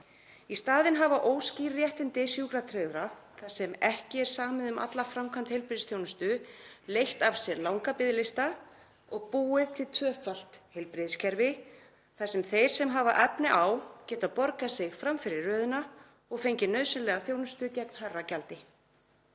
Í staðinn hafa óskýr réttindi sjúkratryggðra þar sem ekki er samið um alla framkvæmd heilbrigðisþjónustu leitt af sér langa biðlista og búið til tvöfalt heilbrigðiskerfi þar sem þeir sem hafa efni á geta borgað sig fram fyrir röðina og fengið nauðsynlega þjónustu gegn hærra gjaldi.